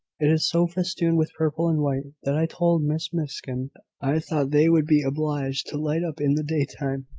it is so festooned with purple and white, that i told miss miskin i thought they would be obliged to light up in the daytime,